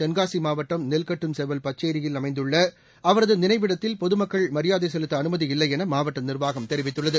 தென்காசி மாவட்டம் நெல்கட்டும்செவல் பச்சேரியில் அமைந்துள்ள அவரது நினைவிடத்தில் பொதுமக்கள் மரியாதை செலுத்த அமைதி இல்லை என மாவட்ட நிர்வாகம் தெரிவித்துள்ளது